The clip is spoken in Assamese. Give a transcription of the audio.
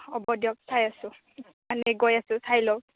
হ'ব দিয়ক চাই আছোঁ মানে গৈ আছোঁ চাই লওঁ